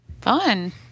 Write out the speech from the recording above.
Fun